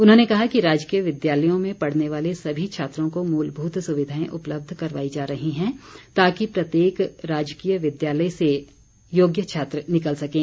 उन्होंने कहा कि राजकीय विद्यालयों में पढ़ने वाले सभी छात्रों को मूलभूत सुविधाएं उपलब्ध करवाई जा रही हैं ताकि प्रत्येक राजकीय विद्यालय से योग्य छात्र निकल सकें